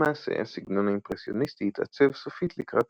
למעשה הסגנון האימפרסיוניסטי התעצב סופית לקראת